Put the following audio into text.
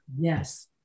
Yes